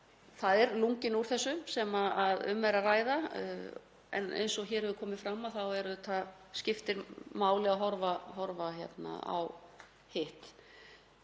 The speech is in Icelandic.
það lunginn úr þessu sem um er að ræða. En eins og hér hefur komið fram þá skiptir máli að horfa á hitt.